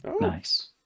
Nice